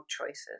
choices